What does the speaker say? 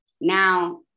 now